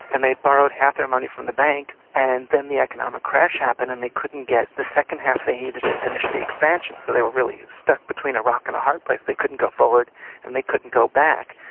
and they borrowed half their money from the bank and then the economic crash happened, and they couldn't get the second half they needed to finish the expansion, so they were really stuck between a rock and a hard place. they couldn't go forward and they couldn't go back.